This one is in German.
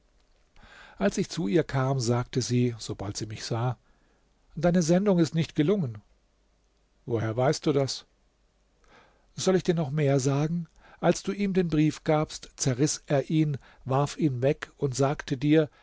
als ich zu ihr kam sagte sie sobald sie mich sah deine sendung ist nicht gelungen woher weißt du das soll ich dir noch mehr sagen als du ihm den brief gabst zerriß er ihn warf ihn weg und sagte dir